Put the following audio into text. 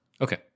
okay